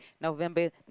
November